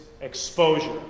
exposure